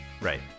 Right